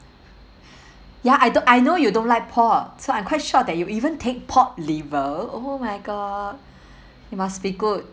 ya I don't I know you don't like pork so I'm quite sure that you even take pork liver oh my god it must be good